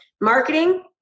marketing